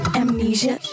amnesia